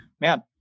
man